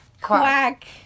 Quack